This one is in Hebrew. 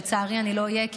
שלצערי אני לא אהיה בו,